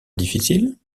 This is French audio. difficile